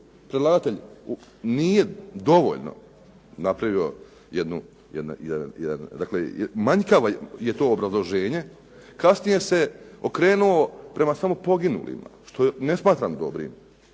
predlagatelj nije dovoljno napravio jedan, dakle manjkavo je to obrazloženje. Kasnije se okrenuo prema samo poginulima što ne smatram dobrim